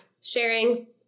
sharing